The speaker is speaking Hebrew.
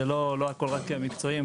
לא הכול רק מקצועי,